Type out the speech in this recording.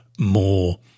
More